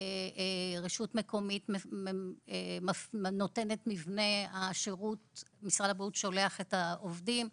רשות מקומית נותנת מבנה ומשרד הבריאות שולח את העובדים.